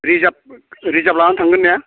reserve लाना थांगोन ने